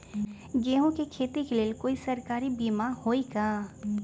गेंहू के खेती के लेल कोइ सरकारी बीमा होईअ का?